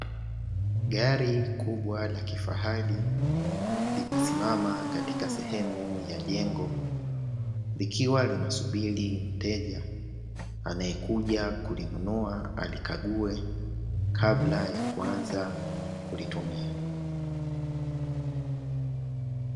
Gari kubwa la kifahari limesimama katika sehemu ya jengo, likiwa linasubiri mteja anayekuja kulinunua alikague kabla ya kuanza kulitumia.